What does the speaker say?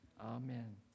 Amen